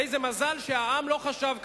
איזה מזל שהעם לא חשב ככה.